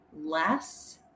less